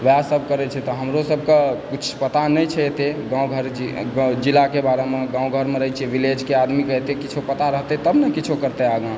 वएह सभ करय छै तऽ हमरो सभके किछु पता नहि छै एते गाँव घर जिलाके बारेमे गाँव घरमे रहै छी विलेजके आदमी कहतय किछु पता रहतय तब नऽ किछु करतय आगाँ